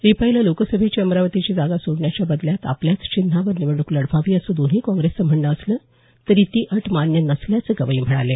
रिपाईला लोकसभेची अमरावतीची जागा सोडण्याच्या बदल्यात आपल्याच चिन्हावर निवडणूक लढवावी असं दोन्ही काँग्रेसचं म्हणणं असलं तरी ती अट मान्य नसल्याचं गवई म्हणाले